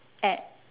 act